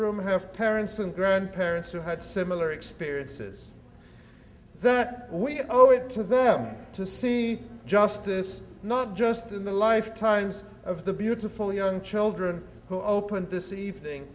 room have parents and grandparents who had similar experiences that we owe it to them to see justice not just in the lifetimes of the beautiful young children who opened this evening